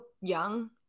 young